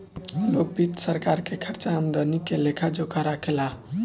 लोक वित्त सरकार के खर्चा आमदनी के लेखा जोखा राखे ला